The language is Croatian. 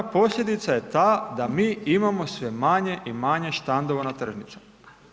Posljedica je ta da mi imamo sve manje i manje štandova na tržnicama.